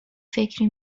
فکری